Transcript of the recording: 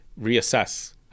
reassess